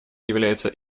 является